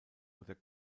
oder